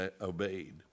obeyed